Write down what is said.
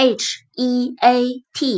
heat